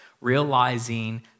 realizing